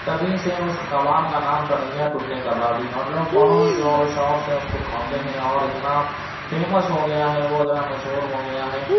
تبھی سے اس کباب کا نام پڑ گیا ٹنڈے کبابی اور لوگ بہت زور و شور سے اس کو کھاتے ہیں اور اتنا فیمس ہو گیا ہے وہ اتنا مشہور ہو گیا ہے